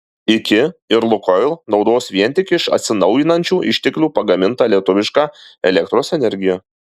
iki ir lukoil naudos vien tik iš atsinaujinančių išteklių pagamintą lietuvišką elektros energiją